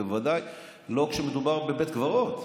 בוודאי לא כשמדובר בבית קברות.